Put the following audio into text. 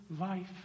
life